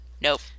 nope